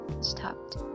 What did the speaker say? stopped